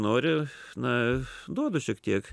nori na duodu šiek tiek